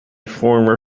former